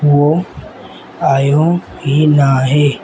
उहो आयो ई नाहे